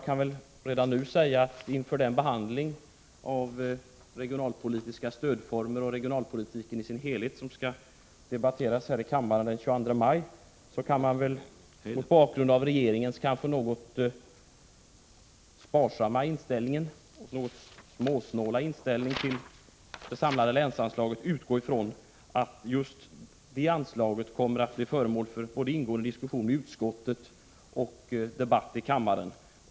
De regionalpolitiska stödformerna och regionalpolitiken i sin helhet kommer att debatteras här i kammaren den 22 maj. Mot bakgrund av regeringens småsnåla inställning till det samlade länsanslaget utgår jag ifrån att just det anslaget kommer att bli föremål för ingående diskussion i utskottet och debatt i kammaren.